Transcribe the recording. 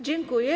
Dziękuję.